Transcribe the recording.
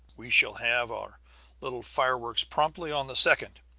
we shall have our little fireworks promptly on the second.